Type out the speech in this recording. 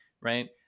right